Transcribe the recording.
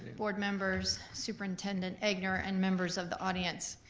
board members, superintendent egnor, and members of the audience.